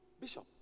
Bishop